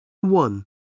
One